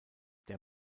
der